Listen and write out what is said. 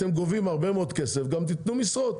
אתם גובים הרבה מאוד כסף אז תיתנו משרות.